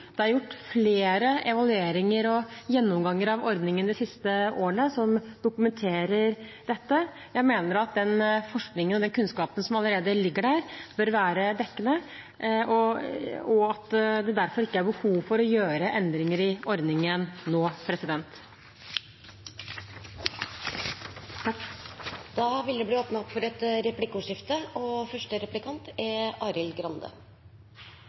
Det er gjort flere evalueringer og gjennomganger av ordningen de siste årene som dokumenterer dette. Jeg mener at den forskningen og kunnskapen som allerede ligger der, bør være dekkende, og at det derfor ikke er behov for å gjøre endringer i ordningen nå. Det blir replikkordskifte. Statsråden sa selv i sitt innlegg at allmenngjøring er et viktig grep for å unngå forskjellsbehandling når det gjelder lønns- og